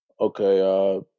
Okay